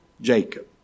Jacob